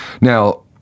Now